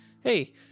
hey